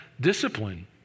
discipline